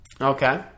Okay